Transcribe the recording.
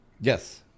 Yes